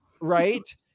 right